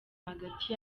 hagati